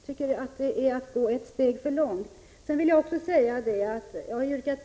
Jag har yrkat bifall till vpk-reservationen om dessa 7 milj.kr. extra.